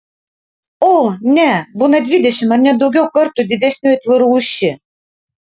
o ne būna dvidešimt ar net daugiau kartų didesnių aitvarų už šį